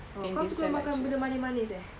oh kau suka makan benda manis-manis eh